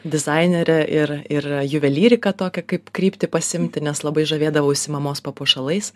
dizainere ir ir juvelyrika tokią kaip kryptį pasiimti nes labai žavėdavaus mamos papuošalais